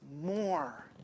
more